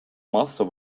master